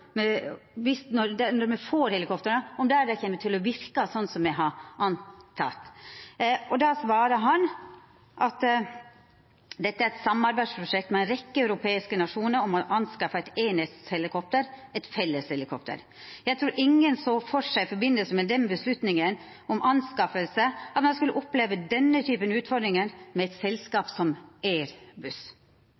me får dei, kjem til å verka sånn som me har anteke. Då svarar han: «Dette er et samarbeidsprosjekt med en rekke europeiske nasjoner om å anskaffe et enhetshelikopter, et felleshelikopter. Jeg tror ingen så for seg i forbindelse med den beslutningen om anskaffelse at man skulle oppleve denne typen utfordringer med